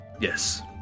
Yes